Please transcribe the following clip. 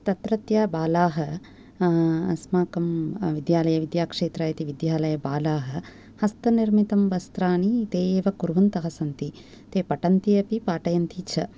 तत्रत्य बाला अस्माकं विद्यालये विद्याक्षेत्र इति विद्यालये बाला हस्तनिर्मितं वस्त्राणि ते एव कुर्वन्त सन्ति ते पठन्ति अपि पाठयन्ति च